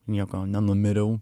nieko nenumiriau